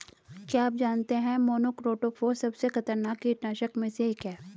क्या आप जानते है मोनोक्रोटोफॉस सबसे खतरनाक कीटनाशक में से एक है?